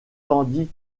tandis